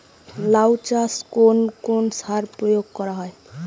লাউ চাষে কোন কোন সার প্রয়োগ করা হয়?